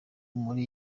muri